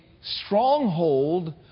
stronghold